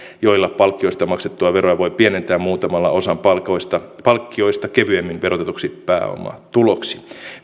joilla palkkiosta maksettua veroa voi pienentää muuntamalla osan palkkioista palkkioista kevyemmin verotetuksi pääomatuloksi